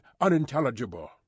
unintelligible